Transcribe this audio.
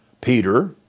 Peter